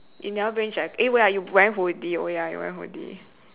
you never bring jacket eh where are you wearing hoodie oh ya you're wearing hoodie